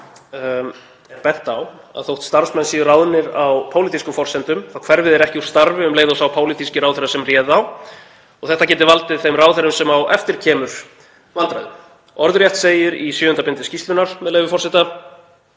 er bent á að þótt starfsmenn séu ráðnir á pólitískum forsendum þá hverfi þeir ekki úr starfi um leið og sá pólitíski ráðherra sem réð þá og þetta geti valdið þeim ráðherra sem á eftir kemur vandræðum. Orðrétt segir í sjöunda bindi skýrslunnar, með leyfi forseta: